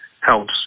helps